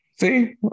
See